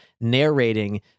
narrating